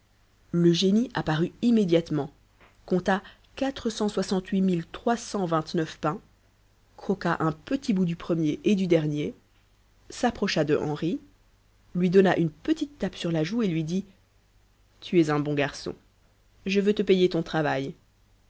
le génie apparut immédiatement compta quatre cent soixante-huit mille trois cent vingt-neuf pains croqua un petit bout du premier et du dernier s'approcha de henri lui donna une petite tape sur la joue et lui dit tu es un bon garçon et je veux te payer ton travail